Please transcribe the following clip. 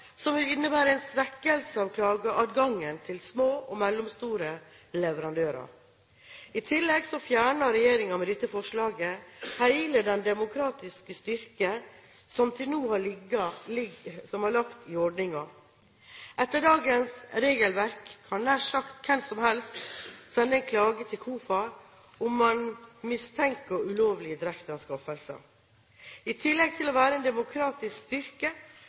som vil innebære en svekkelse av klageadgangen til små og mellomstore leverandører. I tillegg fjerner regjeringen med dette forslaget hele den demokratiske styrken som til nå har ligget i ordningen. Etter dagens regelverk kan nær sagt hvem som helst sende en klage til KOFA om man mistenker ulovlige direkteanskaffelser. I tillegg til å være en demokratisk styrke,